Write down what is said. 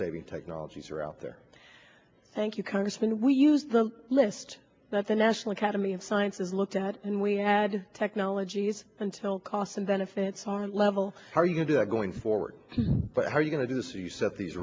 saving technologies are out there thank you congressman we use the list that the national academy of sciences looked at and we had technologies until cost and benefit it's hard level are you going to going forward but how are you going to do this if you set these